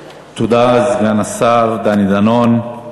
תודה, סגן השר דני דנון.